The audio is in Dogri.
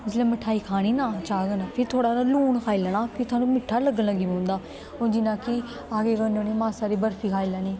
जियां मठाई खानी ना चाह् कन्नै फिर थोह्ड़ा हारा लून खाई लैना फिर थोह्नूं मिट्ठा लग्गन लग्गी पौंदा हून जियां कि अस केह् करने होन्ने मासा हारी बर्फी खाई लैनी